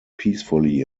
peacefully